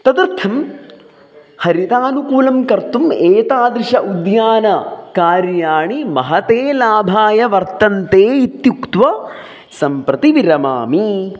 तदर्थं हरितानुकूलं कर्तुम् एतादृशं उद्यानकार्याणि महते लाभाय वर्तन्ते इत्युक्त्वा सम्प्रति विरमामि